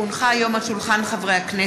כי הונחה היום על שולחן הכנסת,